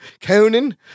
Conan